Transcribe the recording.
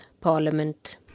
Parliament